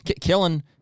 killing